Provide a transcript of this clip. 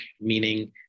meaning